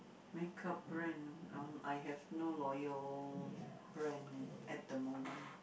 makeup brand I have no loyal brand at the moment